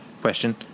Question